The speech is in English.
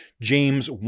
James